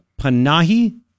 Panahi